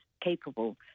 capable